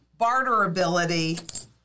barterability